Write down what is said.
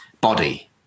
body